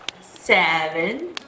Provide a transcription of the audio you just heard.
Seven